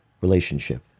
relationship